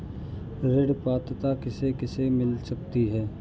ऋण पात्रता किसे किसे मिल सकती है?